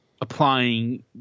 applying